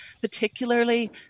particularly